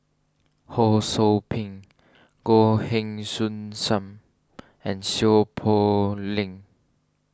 Ho Sou Ping Goh Heng Soon Sam and Seow Poh Leng